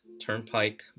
turnpike